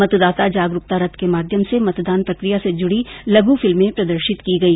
मतदाता जागरूकता रथ के माध्यम से मतदान प्रकिया से जुडी लघु फिल्मे प्रदर्शित की गई